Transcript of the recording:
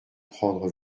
prendre